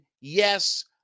yes